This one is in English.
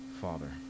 Father